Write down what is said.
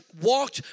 walked